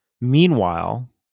Meanwhile